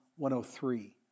103